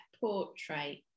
portrait